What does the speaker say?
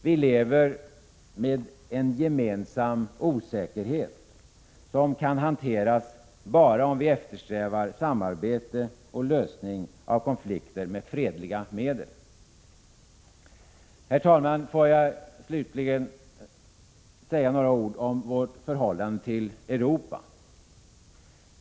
Vi lever med en gemensam osäkerhet, som kan hanteras bara om vi eftersträvar samarbete och lösning av konflikter med fredliga medel. Herr talman! Får jag slutligen säga några ord om Sveriges förhållande till Europa.